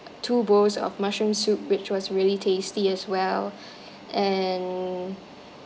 two bowls of mushroom soup which was really tasty as well and